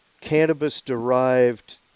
cannabis-derived